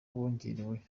bongerewe